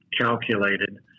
calculated